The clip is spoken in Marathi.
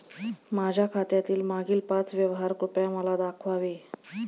माझ्या खात्यातील मागील पाच व्यवहार कृपया मला दाखवावे